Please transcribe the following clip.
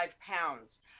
pounds